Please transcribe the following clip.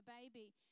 baby